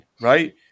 right